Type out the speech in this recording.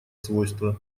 свойства